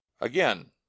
Again